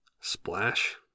Splash